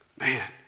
Man